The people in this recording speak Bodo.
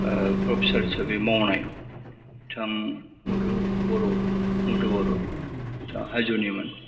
ओह प्रपेसार हिसाबै मावनाय बिथां बर' बर' मधु बर' बिथां हाज' निमोन